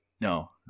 No